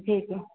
જી જી